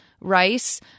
rice